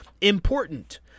important